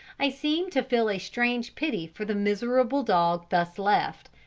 i seem to feel a strange pity for the miserable dog thus left,